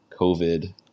COVID